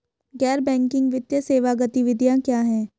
गैर बैंकिंग वित्तीय सेवा गतिविधियाँ क्या हैं?